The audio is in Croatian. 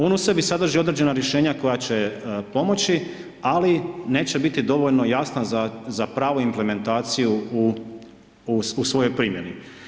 On u sebi sadrži određena rješenja koja će pomoći, ali neće biti dovoljno jasna za pravu implementaciju u svojoj primjeni.